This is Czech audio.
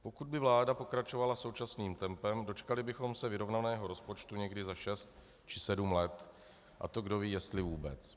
Pokud by vláda pokračovala současným tempem, dočkali bychom se vyrovnaného rozpočtu někdy za šest či sedm let, a to kdo ví jestli vůbec.